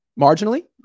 Marginally